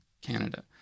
Canada